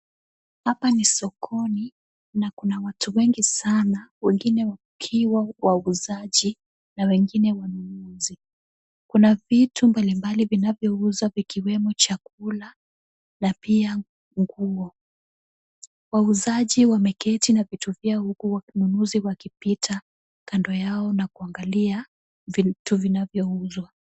Hapa ni sokoni na kuna watu wengi sana, wengine wakiwa wauzaji na wengine wanunuzi, kuna vitu mbalimbali vinavyouzwa vikiwemo chakula na pia nguo, wauzaji wameketi na vitu vyao huku wanunuzi wakipita kando yao na kuangalia vitu vinavyouzwa.